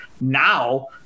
now